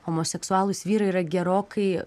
homoseksualūs vyrai yra gerokai